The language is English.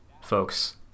folks